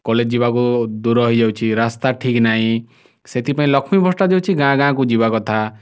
college ଯିବାକୁ ଦୂର ହେଇଯାଉଛି ରାସ୍ତା ଠିକ ନାହିଁ ସେଥିପାଇଁ ଲକ୍ଷ୍ମୀ ବସ୍ଟା ଯେଉଁ ଅଛି ଗାଁ ଗାଁକୁ ଯିବା କଥା